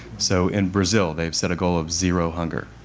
so in brazil they've set a goal of zero hunger.